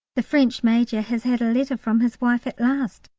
the french major has had a letter from his wife at last,